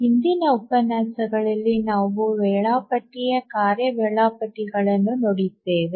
ಹಿಂದಿನ ಉಪನ್ಯಾಸಗಳಲ್ಲಿ ನಾವು ವೇಳಾಪಟ್ಟಿಯ ಕಾರ್ಯ ವೇಳಾಪಟ್ಟಿಗಳನ್ನು ನೋಡಿದ್ದೇವೆ